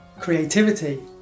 creativity